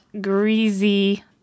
greasy